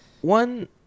One